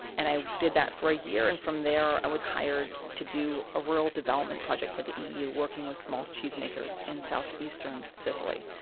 and i did that for a year, and from there i was hired to do a rural development project for the eeu, working with small cheesemakers in southeastern sicily.